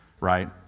right